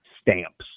stamps